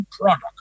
product